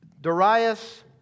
Darius